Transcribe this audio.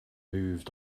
moved